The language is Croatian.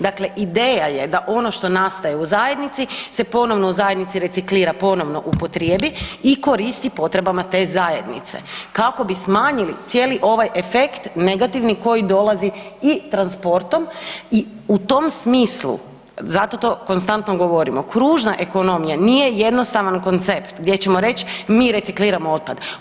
Dakle, ideja je da ono što nastaje u zajednici se ponovno u zajednici reciklira, ponovno upotrijebi i koristi potrebama te zajednice kako bi smanjili cijeli ovaj efekt negativni koji dolazi i transportom i u tom smislu, zato to konstantno govorimo, kružna ekonomija nije jednostavan koncept gdje ćemo reći mi recikliramo otpad.